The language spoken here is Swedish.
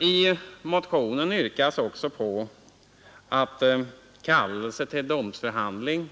I motionen yrkas också på att kallelse till domstolsförhandling,